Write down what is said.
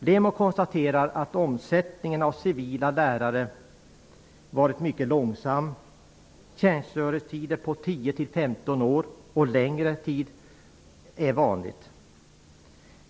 LEMO konstaterar att omsättningen av civila lärare har varit mycket långsam -- tjänstgöringstider på 10--15 år och längre tid är vanliga.